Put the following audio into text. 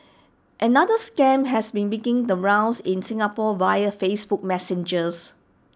another scam has been making the rounds in Singapore via Facebook Messenger